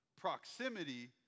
Proximity